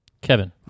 Kevin